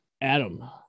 Adam